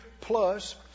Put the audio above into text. plus